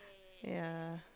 yeah